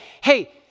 hey